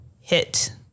hit